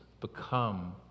become